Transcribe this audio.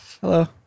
Hello